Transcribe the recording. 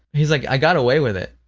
he's like, i got away with it.